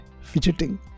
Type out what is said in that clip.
fidgeting